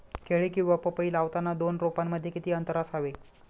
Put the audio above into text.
केळी किंवा पपई लावताना दोन रोपांमध्ये किती अंतर असावे?